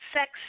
sex